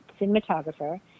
cinematographer